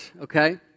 okay